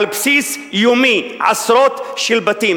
על בסיס יומי, עשרות של בתים.